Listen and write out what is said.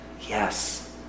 Yes